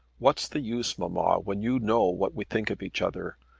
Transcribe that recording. what's the use, mamma, when you know what we think of each other?